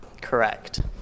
correct